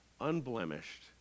unblemished